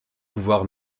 pouvoir